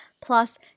plus